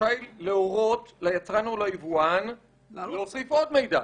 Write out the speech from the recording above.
"רשאי להורות ליצרן או ליבואן להוסיף עוד מידע".